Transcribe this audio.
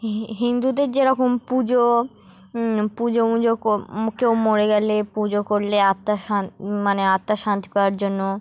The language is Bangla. হি হিন্দুদের যেরকম পুজো পুজো মুজো কেউ মরে গেলে পুজো করলে আত্মার মানে আত্মার শান্তি পাওয়ার জন্য